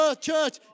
church